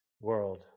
world